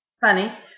funny